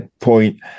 point